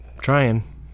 trying